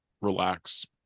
relax